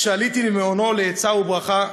כשעליתי למעונו לעצה וברכה,